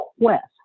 quest